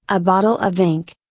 a bottle of ink,